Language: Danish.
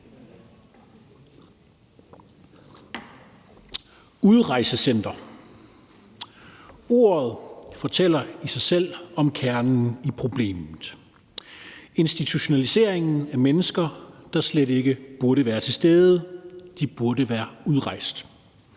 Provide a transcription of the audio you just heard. Udrejsecenter – ordet fortæller i sig selv om kernen i problemet: institutionaliseringen af mennesker, der slet ikke burde være til stede. De burde være udrejst.